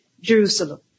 Jerusalem